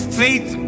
faith